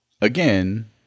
again